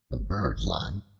the bird-lime,